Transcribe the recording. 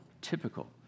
typical